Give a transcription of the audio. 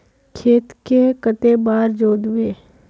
खेत के कते बार जोतबे?